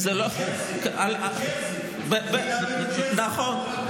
בניו ג'רזי, בניו ג'רזי, נכון.